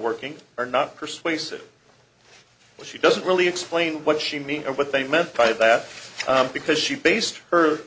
working or not persuasive but she doesn't really explain what she means and what they meant by that because she based her